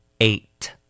eight